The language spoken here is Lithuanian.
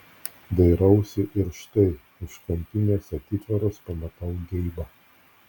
dairausi ir štai už kampinės atitvaros pamatau geibą